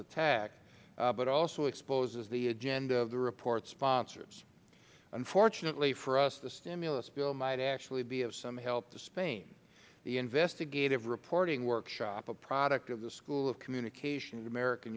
attack but also exposes the agenda of the report sponsors unfortunately for us the stimulus bill might actually be of some help to spain the investigative reporting work a product of the school of communication of american